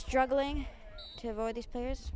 struggling to avoid these players